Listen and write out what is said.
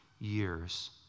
years